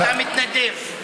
אתה מתנדב.